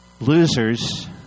Losers